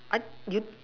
I you